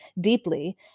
deeply